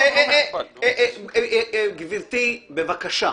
גברתי, בבקשה.